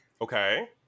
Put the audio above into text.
Okay